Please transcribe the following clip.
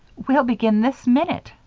we'll begin this minute!